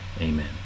amen